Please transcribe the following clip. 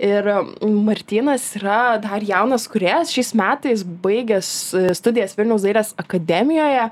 ir martynas yra dar jaunas kūrėjas šiais metais baigęs studijas vilniaus dailės akademijoje